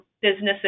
businesses